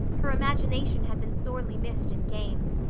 her imagination had been sorely missed in games,